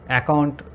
account